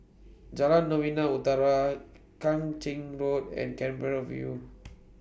Jalan Novena Utara Kang Ching Road and Canberra View